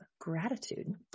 gratitude